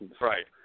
Right